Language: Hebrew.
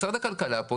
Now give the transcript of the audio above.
משרד הכלכלה פה,